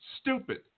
stupid